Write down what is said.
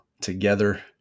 together